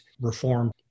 reform